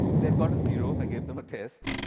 they'd got a zero. i gave them a test.